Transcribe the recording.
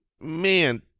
man